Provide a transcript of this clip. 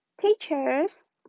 teachers